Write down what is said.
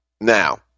Now